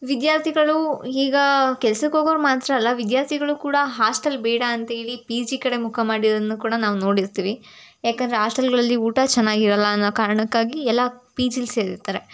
ವಿದ್ಯಾರ್ಥಿಗಳು ಈಗ ಕೆಲ್ಸಕ್ಕೆ ಹೋಗೋರು ಮಾತ್ರ ಅಲ್ಲ ವಿದ್ಯಾರ್ಥಿಗಳು ಕೂಡ ಹಾಸ್ಟೆಲ್ ಬೇಡ ಅಂತೇಳಿ ಪಿ ಜಿ ಕಡೆ ಮುಖ ಮಾಡಿರೋದನ್ನ ಕೂಡ ನಾವು ನೋಡಿರ್ತಿವಿ ಏಕಂದರೆ ಹಾಸ್ಟೆಲ್ಗಳಲ್ಲಿ ಊಟ ಚೆನ್ನಾಗಿರಲ್ಲ ಅನ್ನೊ ಕಾರಣಕ್ಕಾಗಿ ಎಲ್ಲ ಪಿ ಜಿಲಿ ಸೇರಿರ್ತಾರೆ